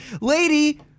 Lady